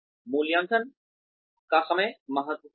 मूल्यांकन का समय महत्वपूर्ण है